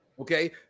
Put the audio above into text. Okay